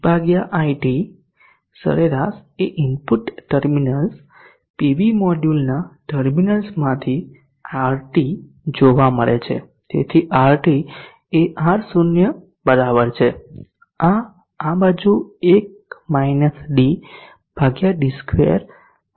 VT iT સરરાશ એ input terminals PV મોડ્યુલના ટર્મિનલ્સમાંથી RT જોવા મળે છે તેથી RT એ R0 બરાબર છે આ આ બાજુ 1 - dd2 આવશે